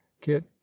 kit